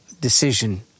decision